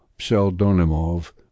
Pseldonimov